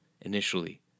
initially